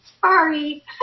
Sorry